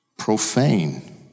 Profane